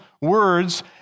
words